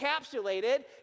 encapsulated